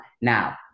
now